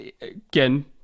Again